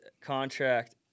contract